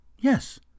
Yes